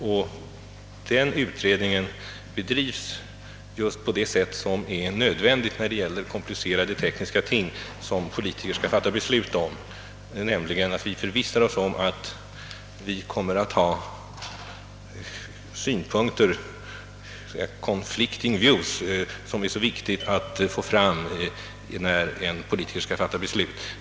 Den utredningen bedrivs just på det sätt som är nödvändigt då det gäller komplicerade tekniska ting som politiker skall fatta beslut om, nämligen att vi förvissar oss om att vi kommer att ha synpunkter från olika parter som det är så viktigt att få fram när politiker skall fatta beslut.